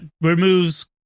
removes